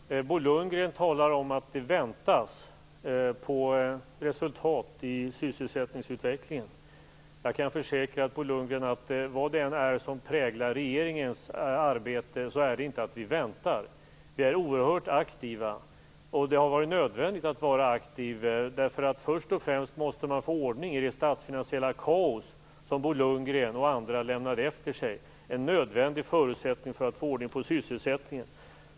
Herr talman! Bo Lundgren talar om att det väntas på resultat i sysselsättningsutvecklingen. Jag kan försäkra Bo Lundgren: Vad det än är som präglar regeringens arbete så är det inte att vi väntar. Vi är oerhört aktiva. Det har varit nödvändigt att vara aktiv. Först och främst måste man få ordning i det statsfinansiella kaos som Bo Lundgren och andra lämnade efter sig. Det är en nödvändig förutsättning för att få ordning på sysselsättningen.